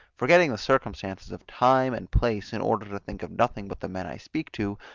forgetting the circumstances of time and place in order to think of nothing but the men i speak to,